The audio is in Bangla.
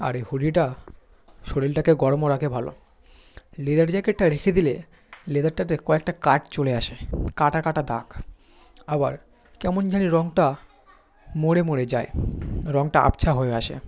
আর এই হুডিটা শরীরটাকে গরমও রাখে ভালো লেদার জ্যাকেটটা রেখে দিলে লেদারটাতে কয়েকটা কাট চলে আসে কাটা কাটা দাগ আবার কেমন জানি রঙটা মরে মরে যায় রঙটা আবছা হয়ে আসে